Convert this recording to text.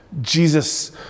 Jesus